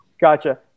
Gotcha